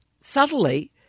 Subtly